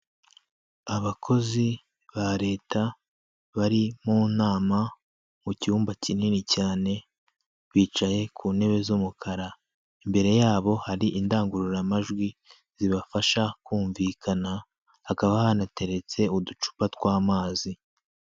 Abakozi ba Leta bari mu nama mu cyumba kinini cyane, bicaye ku ntebe z'umukara. Imbere yabo hari indangururamajwi zibafasha kumvikana, hakaba hanateretse uducupa tw'amazi.